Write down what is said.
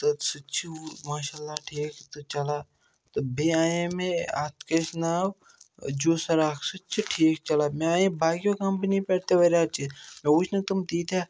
تہٕ سُہ تہِ چھُ ماشاء اللہ ٹھیٖک تہٕ چلان تہٕ بیٚیہِ آیے مےٚ اَتھ کِس ناو جوسَر اَکھ سُہ تہِ چھُ ٹھیٖک چَلان مےٚ آیے باقٕیو کَمپٔنی پٮ۪ٹھ تہِ واریاہ چیٖز مےٚ وٕچھ نہٕ تِم تیٖتیٛاہ